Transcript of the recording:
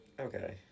Okay